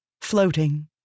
Floating